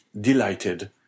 delighted